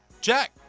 Jack